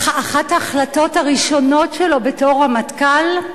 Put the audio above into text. אחת ההחלטות הראשונות שלו בתור רמטכ"ל,